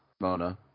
Mona